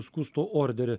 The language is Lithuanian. skųstų orderį